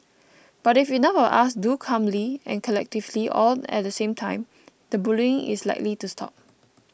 but if enough of us do calmly and collectively all at the same time the bullying is likely to stop